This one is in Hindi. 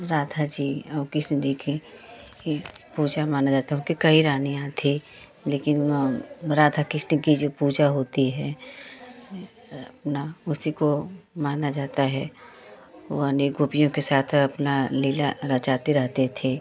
राधा जी और कृष्ण जी की यह पूजा मानी जाती उनकी कई रानियाँ थी लेकिन वह राधा कृष्ण की जो पूजा होती है अपना उसी को माना जाता है वह अनेक गोपियों के साथ अपना लीला रचाते रहते थे